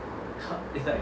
is like